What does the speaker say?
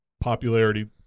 Popularity